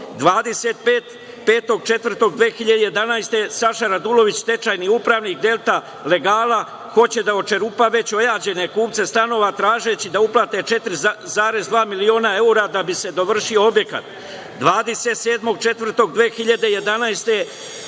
2011. godine Saša Radulović, stečajni upravnik „Delta legala“ hoće da očerupa već ojađene kupce stanova, tražeći da uplate 4,2 miliona evra da bi se dovršio objekat; 27. 04. 2011.